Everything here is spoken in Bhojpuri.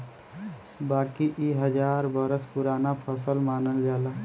बाकी इ हजार बरस पुराना फसल मानल जाला